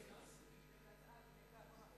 ההצעה להעביר את הנושא לוועדת העבודה,